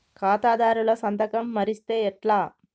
ఖాతాదారుల సంతకం మరిస్తే ఎట్లా?